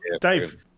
Dave